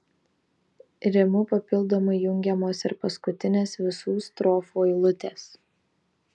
rimu papildomai jungiamos ir paskutinės visų strofų eilutės